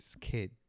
kid